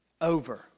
over